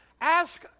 ask